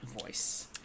voice